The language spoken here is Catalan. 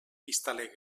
vistalegre